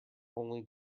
only